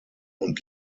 und